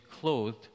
clothed